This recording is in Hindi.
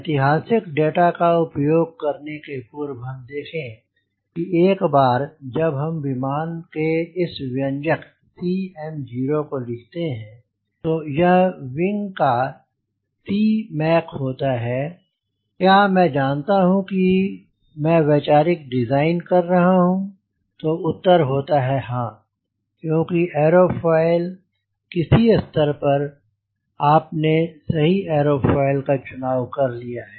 ऐतिहासिक डेटा का उपयोग करने के पूर्व हम देखें कि एक बार जब हम विमान के इस व्यंजक Cm0 को लिखते हैं तो यह विंग का Cmac होता है क्या मैं जानता हूँ कि मैं वैचारिक डिज़ाइन कर रहा हूँ तो उत्तर होता है हाँ क्योंकि ऐरोफ़ोईल किसी स्तर पर आपने सही ऐरोफ़ोईल का चुनाव कर लिया है